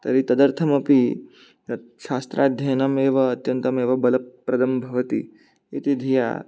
तर्हि तदर्थम् अपि शास्त्राध्ययनमेव अत्यन्तमेव बलप्रदं भवति इति धिया